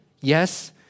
Yes